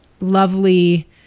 lovely